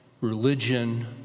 religion